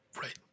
Right